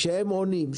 כשהם עונים,